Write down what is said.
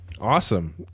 Awesome